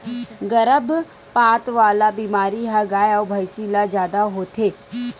गरभपात वाला बेमारी ह गाय अउ भइसी ल जादा होथे